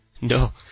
No